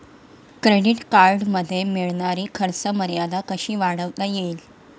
Credit कार्डमध्ये मिळणारी खर्च मर्यादा कशी वाढवता येईल?